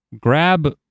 grab